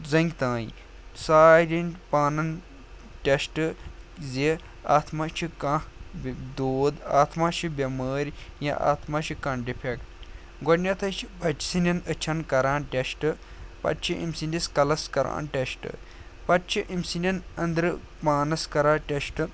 زَنٛگہِ تام سارِنۍ پانَن ٹٮ۪سٹ زِ اَتھ مہ چھُ کانٛہہ دود اَتھ مہ چھِ بٮ۪مٲرۍ یا اَتھ مہ چھِ کانٛہہ ڈِفٮ۪کٹ گۄڈٕنٮ۪تھَے چھِ بَچہِ سٕنٛدٮ۪ن أچھن کران ٹٮ۪سٹ پَتہٕ چھِ أمۍ سٕنٛدِس کَلَس کران ٹٮ۪سٹ پَتہٕ چھِ أمۍ سٕنٛدٮ۪ن أنٛدرٕ پانَس کران ٹٮ۪سٹ